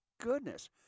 goodness